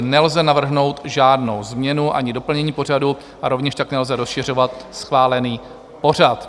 Nelze navrhnout žádnou změnu ani doplnění pořadu a rovněž tak nelze rozšiřovat schválený pořad.